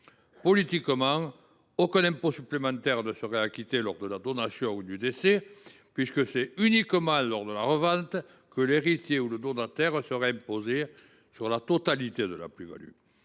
politiquement. En effet, aucun impôt supplémentaire ne serait acquitté lors de la donation ou du décès, puisque c’est uniquement lors de la revente que l’héritier ou le donataire serait imposé sur la totalité de la plus value.